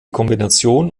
kombination